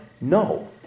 No